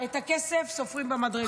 את הכסף סופרים במדרגות.